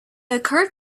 occurred